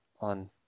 on